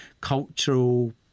cultural